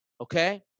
Okay